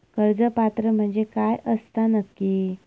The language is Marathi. कर्ज पात्र म्हणजे काय असता नक्की?